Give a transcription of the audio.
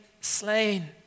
slain